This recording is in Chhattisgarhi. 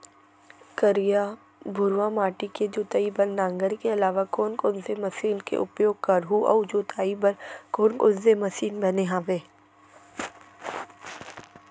करिया, भुरवा माटी के जोताई बर नांगर के अलावा कोन कोन से मशीन के उपयोग करहुं अऊ जोताई बर कोन कोन से मशीन बने हावे?